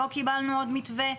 לא קיבלנו עוד מתווה,